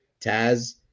Taz